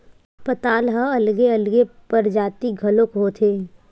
पताल ह अलगे अलगे परजाति घलोक होथे